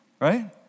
right